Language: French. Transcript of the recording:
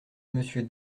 monsieur